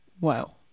wow